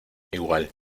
igual